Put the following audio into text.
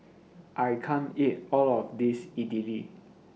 I can't eat All of This Idili